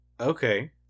Okay